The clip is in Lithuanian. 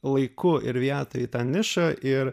laiku ir vietoj į tą nišą ir